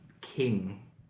King